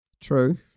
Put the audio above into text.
True